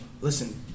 listen